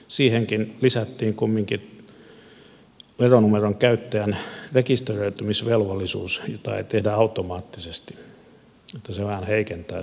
siihenkin lisättiin kumminkin veronumeron käyttäjän rekisteröitymisvelvollisuus jota ei tehdä automaattisesti mikä vähän heikentää sitäkin systeemiä